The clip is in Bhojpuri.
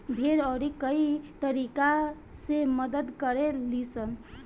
भेड़ अउरी कई तरीका से मदद करे लीसन